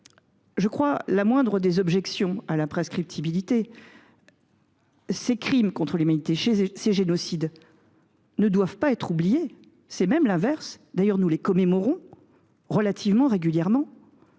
n’est pas la moindre des objections à l’imprescriptibilité –, les crimes contre l’humanité et les génocides ne doivent pas être oubliés. C’est même l’inverse ! D’ailleurs, nous les commémorons régulièrement.